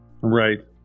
Right